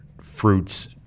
fruits